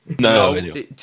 No